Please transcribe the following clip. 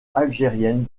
algérienne